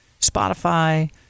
Spotify